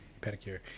pedicure